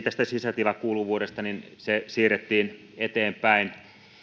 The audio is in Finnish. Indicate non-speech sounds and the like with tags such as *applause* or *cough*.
*unintelligible* tästä sisätilakuuluvuudesta se siirrettiin eteenpäin